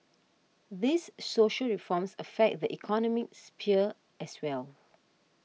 these social reforms affect the economic sphere as well